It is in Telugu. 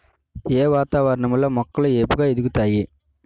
ఏ వాతావరణం లో మొక్కలు ఏపుగ ఎదుగుతాయి?